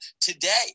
today